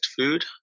food